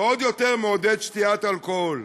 ועוד יותר מעודד שתיית אלכוהול.